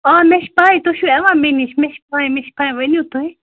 آ مےٚ چھِ پاے تُہۍ چھُو یِوان مےٚ نِش مےٚ چھِ پاے مےٚ چھِ پاے ؤنِوٗ تُہۍ